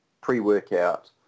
pre-workout